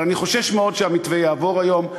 אבל אני חושש מאוד שהמתווה יעבור היום,